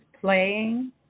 playing